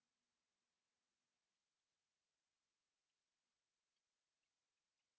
ya